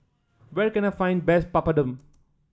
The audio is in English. where can I find best Papadum